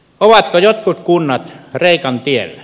ovatko jotkut kunnat kreikan tiellä